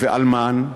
ואלמן?